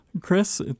Chris